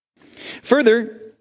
further